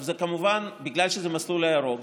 כמובן שבגלל שזה המסלול הירוק,